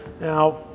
Now